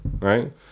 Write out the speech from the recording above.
right